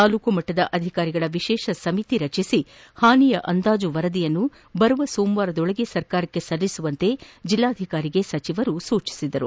ತಾಲೂಕು ಮಟ್ಟದ ಅಧಿಕಾರಿಗಳ ವಿಶೇಷ ಸಮಿತಿ ರಚಿಸಿ ಹಾನಿ ಅಂದಾಜು ವರದಿಯನ್ನು ಬರುವ ಸೋಮವಾರದೊಳಗೆ ಸರ್ಕಾರಕ್ಷೆ ಸಲ್ಲಿಸುವಂತೆ ಜಿಲ್ಲಾಧಿಕಾರಿಗೆ ಸಚಿವರು ಸೂಚಿಸಿದರು